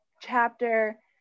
chapter